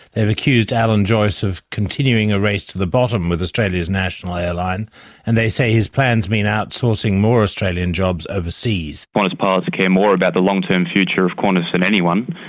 they've accused alan joyce of continuing a race to the bottom with australia's national airline and they say his plans mean outsourcing more australian jobs overseas. qantas pilots pilots care more about the long-term future of qantas than anyone.